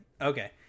Okay